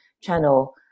channel